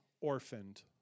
orphaned